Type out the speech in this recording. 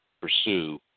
pursue